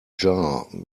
jar